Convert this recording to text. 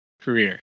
career